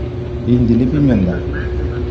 ᱤᱧ ᱫᱤᱞᱤᱯ ᱤᱧ ᱢᱮᱱᱫᱟ